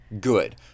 good